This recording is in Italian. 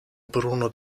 bruno